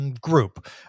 group